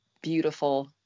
beautiful